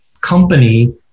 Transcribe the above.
company